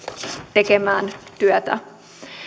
tekemään työtä